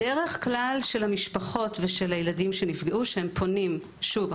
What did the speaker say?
בדרך כלל של המשפחות ושל הילדים שפונים שוב,